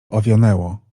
owionęło